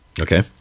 okay